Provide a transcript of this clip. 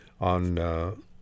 on